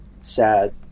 sad